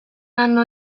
anno